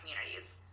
communities